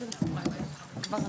הישיבה ננעלה בשעה 11:07.